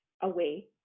away